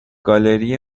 گالری